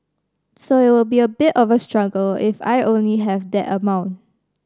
so it will be a bit of a struggle if I only have that amount